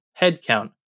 headcount